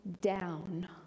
down